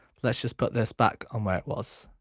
let's just put this back um where it was